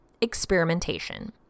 experimentation